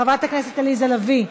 חברת הכנסת עליזה לביא,